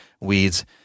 weeds